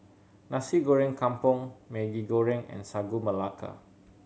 Nasi Goreng Kampung Maggi Goreng and Sagu Melaka